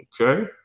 Okay